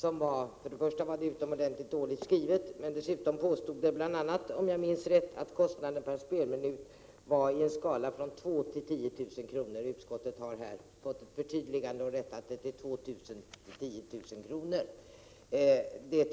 Det var utomordentligt dåligt skrivet, och dessutom påstods bl.a., om jag minns rätt, att kostnaden per spelminut låg i en skala från 2 till 10 000 kr. Utskottet har fått ett förtydligande och rättat till 2 000-10 000 kr. Prot.